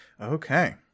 Okay